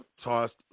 tossed